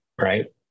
right